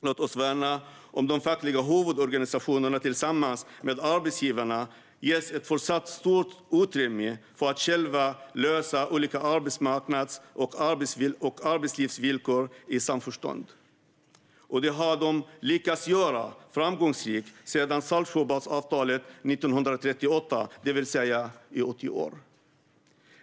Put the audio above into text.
Låt oss värna om att de fackliga huvudorganisationerna tillsammans med arbetsgivarna även fortsättningsvis ges ett stort utrymme för att själva lösa olika arbetsmarknadsfrågor och frågor om arbetslivsvillkor i samförstånd. Det har de lyckats göra framgångsrikt sedan Saltsjöbadsavtalet 1938, det vill säga i 80 år.